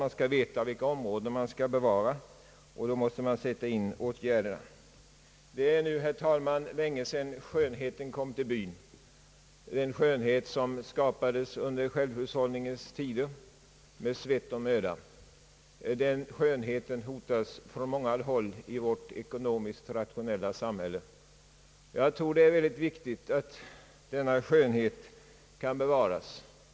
Man skall veta vilka områden som skall bevaras och hur man skall sätta in åtgärderna. Det är nu, herr talman, länge sedan skönheten kom till byn, den skönhet som skapades under självhushållningens tider med svett och möda. Den skönheten hotas från många håll i vårt ekonomiskt rationella samhälle. Jag tror att det är väldigt viktigt att denna skönhet kan bevaras.